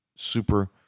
super